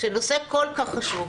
כשנושא כל כך חשוב,